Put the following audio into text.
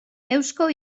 eusko